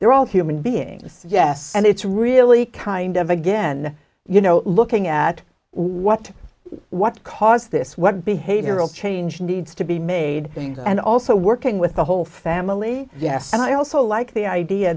they're all human beings yes and it's really kind of again you know looking at what what caused this what behavioral change needs to be made and also working with the whole family yes and i also like the idea